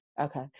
Okay